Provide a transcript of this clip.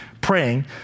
praying